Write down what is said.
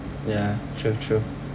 ya true true